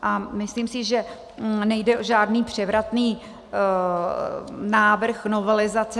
A myslím si, že nejde o žádný převratný návrh novelizace.